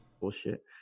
bullshit